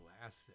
asset